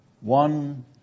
One